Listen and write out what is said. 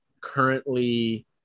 currently